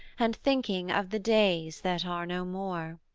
and thinking of the days that are no more.